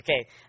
Okay